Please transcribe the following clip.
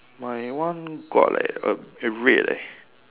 my one got leh err err red leh